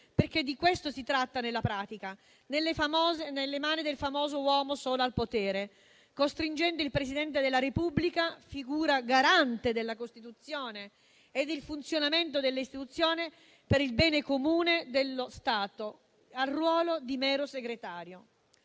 perché di questo si tratta nella pratica - nelle mani del famoso uomo solo al potere, costringendo il Presidente della Repubblica, figura garante della Costituzione e del funzionamento delle istituzioni per il bene comune dello Stato, al ruolo di mero segretario.